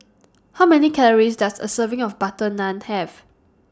How Many Calories Does A Serving of Butter Naan Have